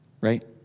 Right